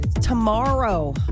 tomorrow